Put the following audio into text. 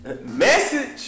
Message